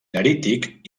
nerític